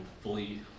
fully